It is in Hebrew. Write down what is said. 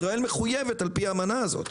ישראל מחויבת על פי האמנה הזאת,